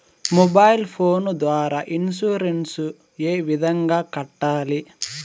mobile phone ద్వారా insurance ఏ విధంగా కట్టాలి